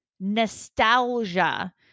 Nostalgia